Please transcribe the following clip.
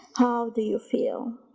how do you feel?